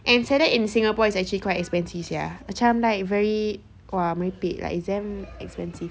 and salad in singapore is actually quite expensive sia macam like very !wah! merepek like it's damn expensive